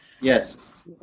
Yes